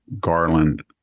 Garland